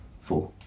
Four